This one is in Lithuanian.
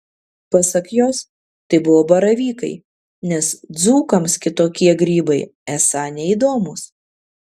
pasak jos tai buvo baravykai nes dzūkams kitokie grybai esą neįdomūs